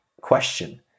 question